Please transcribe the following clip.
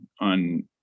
on